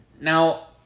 Now